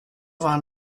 vingt